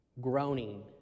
Groaning